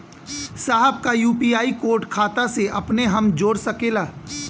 साहब का UPI code खाता से अपने हम जोड़ सकेला?